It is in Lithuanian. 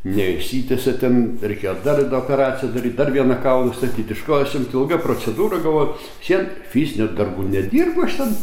neišsitiesia ten reikėjo dar operaciją daryt dar vieną kaulą statyt iš kojos imt ilga procedūra galvoju vis vien fizinių darbų dirbu aš ten